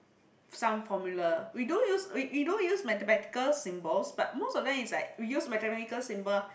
some formula we do use we we do use mathematical symbols but most of them is like we use mathematical symbol